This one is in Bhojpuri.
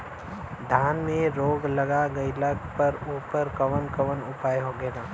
धान में रोग लग गईला पर उकर कवन कवन उपाय होखेला?